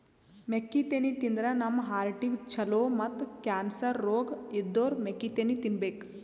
ಮೆಕ್ಕಿತೆನಿ ತಿಂದ್ರ್ ನಮ್ ಹಾರ್ಟಿಗ್ ಛಲೋ ಮತ್ತ್ ಕ್ಯಾನ್ಸರ್ ರೋಗ್ ಇದ್ದೋರ್ ಮೆಕ್ಕಿತೆನಿ ತಿನ್ಬೇಕ್